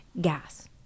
gas